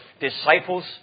disciples